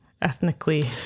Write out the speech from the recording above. ethnically